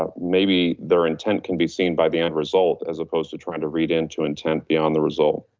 ah maybe their intent can be seen by the end result as opposed to trying to read into intent beyond the result.